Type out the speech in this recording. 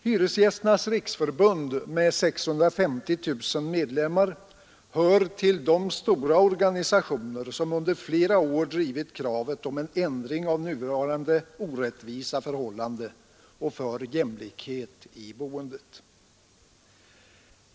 Hyresgästernas riksförbund med 650 000 medlemmar hör till de stora organisationer som under flera år drivit kravet på en ändring av nuvarande orättvisa förhållanden och kämpat för jämlikhet i boendet.